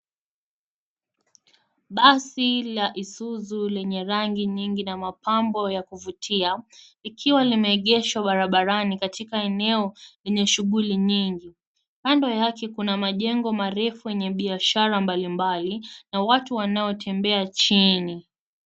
Basi la ISUZU lenye rangi nyingi na mapambo ya kuvutia, ikiwa limeegeshwa barabarani katika eneo yenye shughuli nyingi. Kando yake kuna majengo marefu yenye biashara mbalimbali na watu wanaotembea chini.